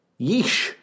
Yeesh